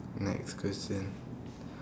next question